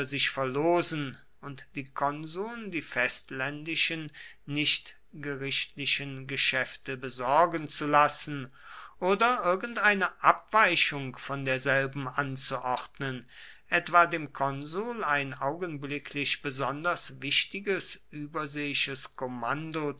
sich verlosen und die konsuln die festländischen nichtgerichtlichen geschäfte besorgen zu lassen oder irgendeine abweichung von derselben anzuordnen etwa dem konsul ein augenblicklich besonders wichtiges überseeisches kommando